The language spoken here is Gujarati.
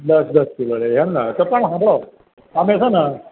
દસ દસ કિલો લેવી એમને તો પણ જો સાંભળો અમે છે ને